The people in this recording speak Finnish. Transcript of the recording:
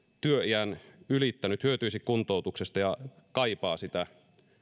työiän ylittänyt hyötyisi kuntoutuksesta ja kaipaa sitä